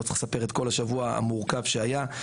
לא צריך לספר את כל השבוע המורכב שהיה.